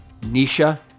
Nisha